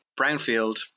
Brownfield